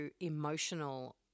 emotional